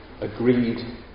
agreed